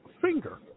finger